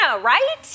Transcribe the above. right